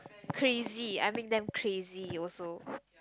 crazy I make them crazy also